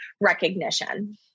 recognition